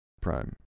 Prime